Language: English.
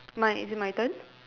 my is it my turn